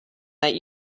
that